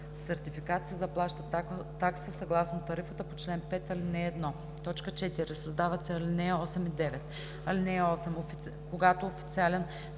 сертификат се заплаща такса съгласно тарифата по чл. 5, ал. 1.“ 4. Създават се ал. 8 и 9: „(8) Когато официален